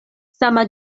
sama